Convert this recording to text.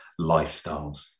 lifestyles